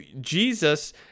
Jesus